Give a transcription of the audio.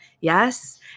yes